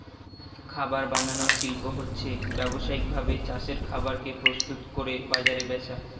খাবার বানানার শিল্প হচ্ছে ব্যাবসায়িক ভাবে চাষের খাবার কে প্রস্তুত কোরে বাজারে বেচা